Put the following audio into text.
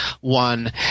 one